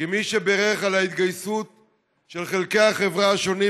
כמי שבירך על ההתגייסות של חלקי החברה השונים,